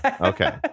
Okay